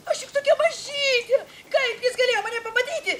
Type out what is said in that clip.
aš juk tokia mažytė kaip jis galėjo mane pamatyti